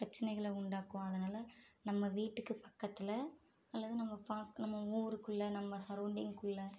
பிரச்சனைகளை உண்டாக்கும் அதனால் நம்ம வீட்டுக்கு பக்கத்தில் அல்லது நம்ம பா நம்ம ஊருக்குள்ளே நம்ம சரோண்டிங்குள்ளே